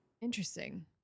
Interesting